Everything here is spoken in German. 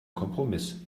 kompromiss